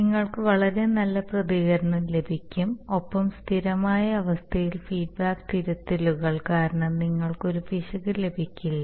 നിങ്ങൾക്ക് വളരെ നല്ല പ്രതികരണം ലഭിക്കും ഒപ്പം സ്ഥിരമായ അവസ്ഥയിൽ ഫീഡ്ബാക്ക് തിരുത്തലുകൾ കാരണം നിങ്ങൾക്ക് ഒരു പിശകും ലഭിക്കില്ല